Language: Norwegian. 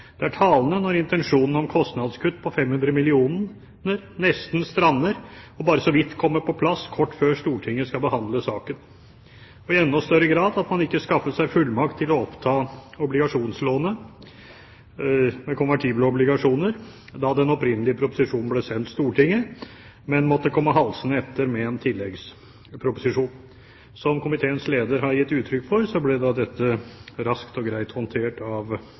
Det er talende når intensjonen om kostnadskutt på 500 mill. kr nesten strander og bare så vidt kommer på plass kort tid før Stortinget skal behandle saken – og i enda større grad at man ikke skaffet seg fullmakt til å oppta obligasjonslånet med konvertible obligasjoner da den opprinnelige proposisjonen ble sendt Stortinget, men måtte komme halsende etter med en tilleggsproposisjon. Som komiteens leder har gitt uttrykk for, ble dette raskt og greit håndtert av